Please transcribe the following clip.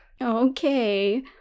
Okay